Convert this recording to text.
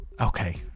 Okay